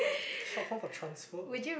short form for transfer